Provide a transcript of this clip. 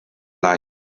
light